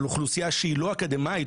על אוכלוסייה שהיא לא אקדמאית,